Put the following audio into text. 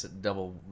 double